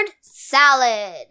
salad